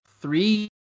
three